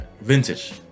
Vintage